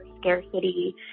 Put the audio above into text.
scarcity